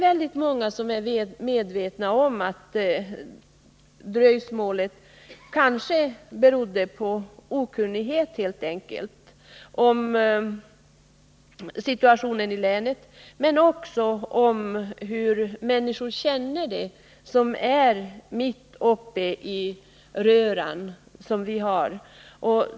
Väldigt många är medvetna om att dröjsmålet kanske helt enkelt berodde på okunnighet om situationen i länet men också om hur folk känner det som är mitt uppe i röran.